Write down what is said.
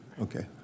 Okay